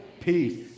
peace